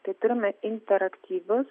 tai turime interaktyvius